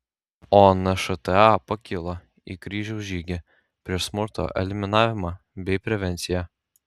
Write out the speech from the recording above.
o nšta pakilo į kryžiaus žygį prieš smurto eliminavimą bei prevenciją